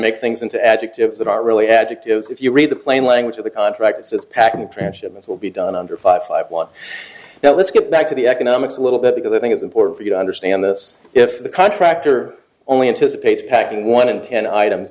make things into adjectives that aren't really adjectives if you read the plain language of the contract it's packing transshipment will be done under five five one now let's get back to the economics a little bit because i think it's important for you to understand this if the contractor only anticipates packing one in ten items